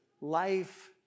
life